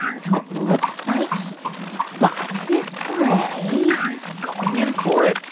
so it looks like he spots his prey he's going in for it.